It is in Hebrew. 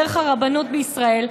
דרך הרבנות בישראל,